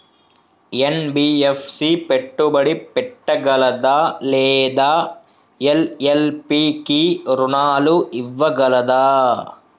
NBFC పెట్టుబడి పెట్టగలదా లేదా ఎల్.ఎల్.పి కి రుణాలు ఇవ్వగలదా?